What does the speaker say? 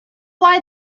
why